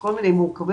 וכל מיני מורכבויות,